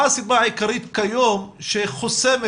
מה הסיבה העיקריות כיום שחוסמת